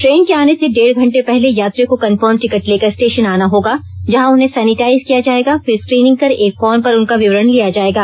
train के आने से डेढ़ घंटे पहले यात्रियों को कंफर्म टिकट लेकर स्टेशन आना होगा जहां उन्हें सेनिटाइज किया जाएगा फिर स्क्रीनिंग कर एक फार्म पर उनका विवरण लिया जाएगा